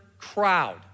crowd